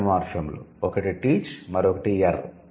రెండు మార్ఫిమ్లు ఒకటి 'టీచ్' మరొకటి ' ఎర్'